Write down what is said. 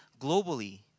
globally